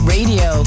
Radio